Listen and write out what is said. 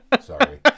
Sorry